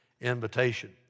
invitation